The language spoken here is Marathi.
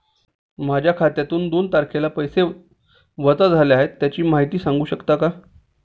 माझ्या खात्यातून दोन तारखेला पैसे वजा झाले आहेत त्याची माहिती सांगू शकता का?